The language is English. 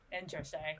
Interesting